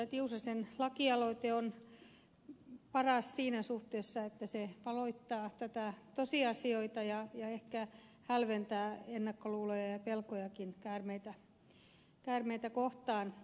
tiusasen lakialoite on paras siinä suhteessa että se valottaa näitä tosiasioita ja ehkä hälventää ennakkoluuloja ja pelkojakin käärmeitä kohtaan